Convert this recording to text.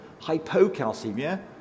hypocalcemia